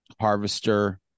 Harvester